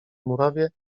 murawie